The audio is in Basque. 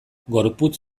gorputz